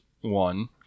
one